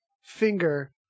finger